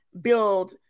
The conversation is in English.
build